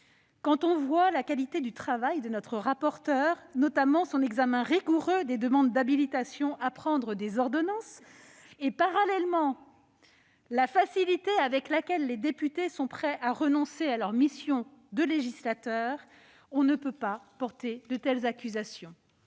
Quand on voit la qualité du travail de notre rapporteur, notamment son examen rigoureux des demandes d'habilitation à légiférer par voie d'ordonnance ; quand on voit, parallèlement, la facilité avec laquelle les députés renoncent à leur mission de législateur, on ne peut pas porter de telles accusations.